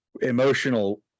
emotional